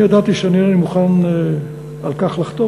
אני הודעתי שאני אינני מוכן על כך לחתום,